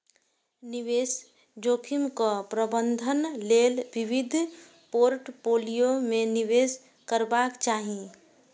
निवेश जोखिमक प्रबंधन लेल विविध पोर्टफोलियो मे निवेश करबाक चाही